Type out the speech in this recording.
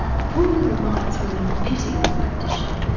the poor little mites were in a pitiable condition.